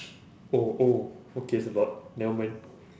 oh oh okay it's a lot never mind